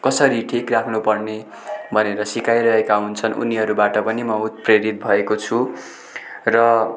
कसरी ठिक राख्नु पर्ने भनेर सिकाइरहेका हुन्छन् उनीहरूबाट पनि म उत्प्रेरित भएको छु र